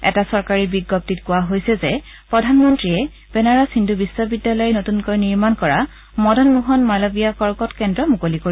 এটা চৰকাৰী বিজ্ঞপ্তিত কোৱা হৈছে যে প্ৰধানমন্ত্ৰীয়ে বেনাৰস হিন্দু বিশ্ববিদ্যালয়ে নতুনকৈ নিৰ্মাণ কৰা মদনমোহন মালৱিয়া কৰ্কট কেন্দ্ৰ মুকলি কৰিব